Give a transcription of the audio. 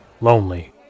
lonely